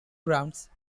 grounds